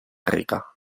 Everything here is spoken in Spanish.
rica